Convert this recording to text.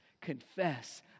confess